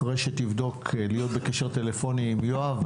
אחרי שתבדוק להיות בקשר טלפוני עם יואב,